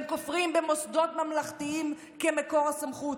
הם כופרים במוסדות ממלכתיים כמקור הסמכות,